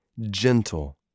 gentle